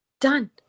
Done